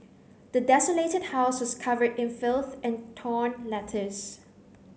the desolated house was covered in filth and torn letters